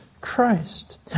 Christ